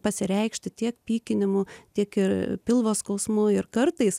pasireikšti tiek pykinimu tiek ir pilvo skausmu ir kartais